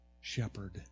shepherd